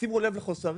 שימו לב לחוסרים,